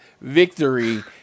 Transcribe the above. victory